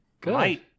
Good